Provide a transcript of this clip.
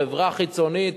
חברה חיצונית,